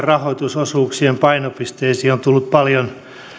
rahoitusosuuksien painopisteisiin on tullut paljon